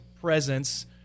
presence